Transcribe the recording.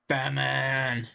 Batman